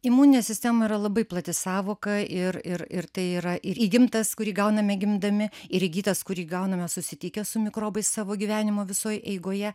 imuninė sistema yra labai plati sąvoka ir ir ir tai yra ir įgimtas kurį gauname gimdami ir įgytas kurį gauname susitikę su mikrobais savo gyvenimo visoj eigoje